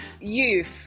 Youth